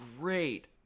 great